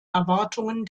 erwartungen